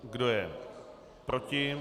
Kdo je proti?